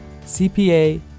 CPA